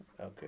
Okay